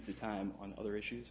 the time on other issues